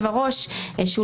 יש פה תחושה שהיושב-ראש הקבוע